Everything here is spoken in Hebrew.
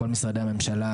כל משרדי הממשלה,